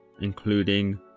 including